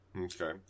Okay